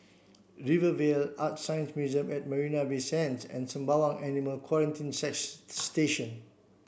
Rivervale ArtScience Museum at Marina Bay Sands and Sembawang Animal Quarantine Station